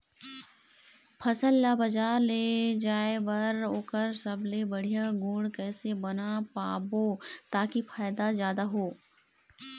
फसल ला बजार ले जाए बार ओकर सबले बढ़िया गुण कैसे बना पाबो ताकि फायदा जादा हो?